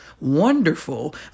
wonderful